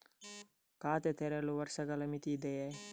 ಖಾತೆ ತೆರೆಯಲು ವರ್ಷಗಳ ಮಿತಿ ಇದೆಯೇ?